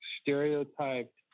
stereotyped